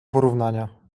porównania